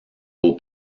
beau